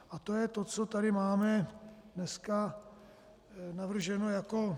A to je to, co tady máme dneska navrženo jako...